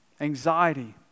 anxiety